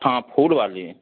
हाँ फूल वाली